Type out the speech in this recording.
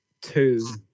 two